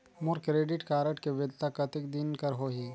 मोर credit card के वैधता कतेक दिन कर होही?